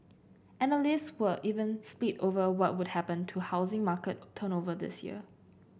analysts were even split over what would happen to housing market turnover this year